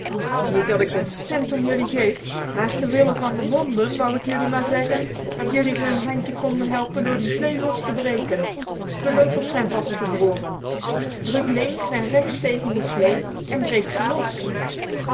niet dat ik een cent om jullie geef maar ter wille van de honden wou ik jelui maar zeggen dat jelui ze een handje kon helpen door die slee los te breken de lopers zijn vastgevroren druk links en rechts tegen de slee en breek ze los